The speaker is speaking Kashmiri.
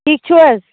ٹھیٖک چھِو حظ